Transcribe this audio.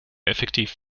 effektiv